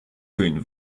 fühlen